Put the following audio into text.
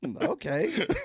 okay